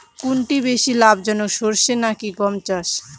কোনটি বেশি লাভজনক সরষে নাকি গম চাষ?